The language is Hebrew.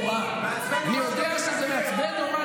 אני יודע שזה מעצבן נורא,